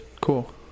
Cool